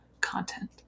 content